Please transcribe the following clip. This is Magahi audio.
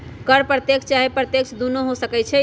कर प्रत्यक्ष चाहे अप्रत्यक्ष दुन्नो हो सकइ छइ